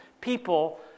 people